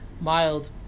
mild